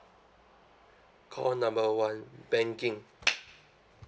call number one banking